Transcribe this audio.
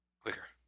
Quicker